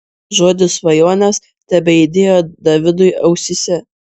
žodis svajonės tebeaidėjo davidui ausyse